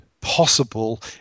possible